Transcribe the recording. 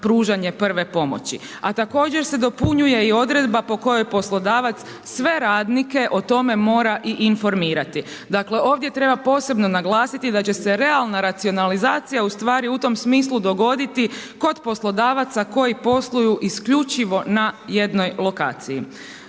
pružanje prve pomoći. A također se dopunjuje i odredba po kojoj poslodavac sve radnike o tome mora i informirati. Dakle ovdje treba posebno naglasiti da će se realna racionalizacija u tom smislu dogoditi kod poslodavaca koji posluju isključivo na jednoj lokaciji.